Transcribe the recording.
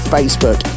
Facebook